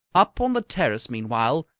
up on the terrace, meanwhile,